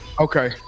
Okay